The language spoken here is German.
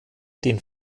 den